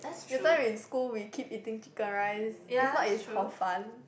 your time in school we keep eating chicken rice if not is hor fun